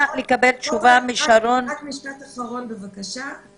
לקבל תשובה משרון --- רק משפט אחרון, בבקשה.